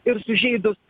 ir sužeidus